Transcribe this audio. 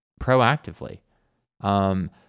proactively